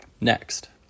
next